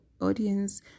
audience